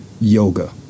yoga